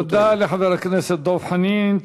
תודה לחבר הכנסת דב חנין.